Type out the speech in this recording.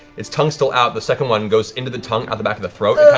its tongue still out, the second one goes into the tongue, out the back of the throat.